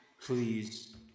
Please